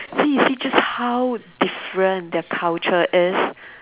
see you see just how different their culture is